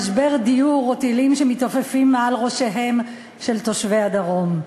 משבר דיור או טילים שמתעופפים מעל ראשיהם של תושבי הדרום.